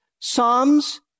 psalms